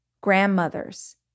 grandmothers